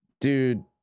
Dude